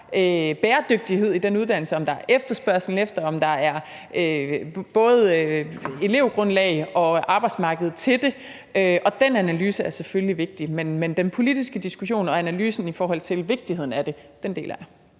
bæredygtighed i den uddannelse, om der er efterspørgsel efter den, og om der både er et elevgrundlag og arbejdsmarked til det, og den analyse er selvfølgelig vigtig. Men den politiske diskussion og analysen i forhold til vigtigheden af det deler